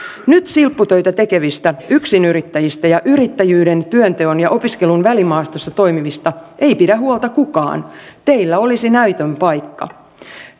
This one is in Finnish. nyt silpputöitä tekevistä yksinyrittäjistä ja yrittäjyyden työnteon ja opiskelun välimaastossa toimivista ei pidä huolta kukaan teillä olisi näytön paikka